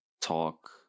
talk